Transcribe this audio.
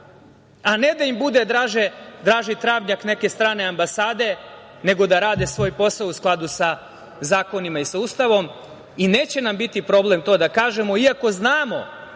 a ne da im bude draži travnjak neke strane ambasade nego da rade svoj posao u skladu sa zakonima i sa Ustavom. Neće nam biti problem to da kažemo, iako znamo,